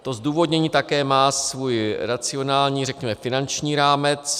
To zdůvodnění má také svůj racionální, řekněme finanční rámec.